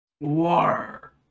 War